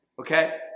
okay